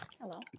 Hello